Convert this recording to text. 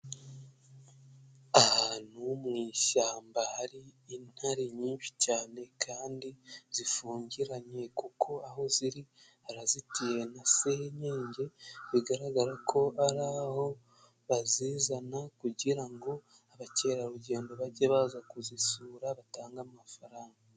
Ahantu mu ishyamba hari intare nyinshi cyane kandi zifungiranye, kuko aho ziri harazitiwe na senyenge, bigaragara ko ari aho bazizana kugira ngo abakerarugendo bajye baza kuzisura batange amafaranga.